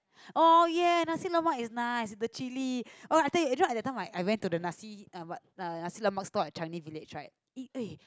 oh ya nasi-lemak is nice with chilli oh I take you know at that time I went to the nasi uh what nasi-lemak stall at Changi-Village right it eh